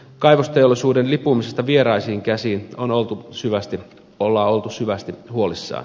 kaivosteollisuuden lipumisesta vieraisiin käsiin on oltu syvästi huolissaan